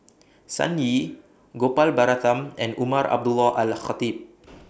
Sun Yee Gopal Baratham and Umar Abdullah Al Khatib